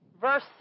Verse